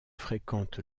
fréquente